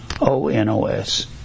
O-N-O-S